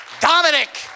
Dominic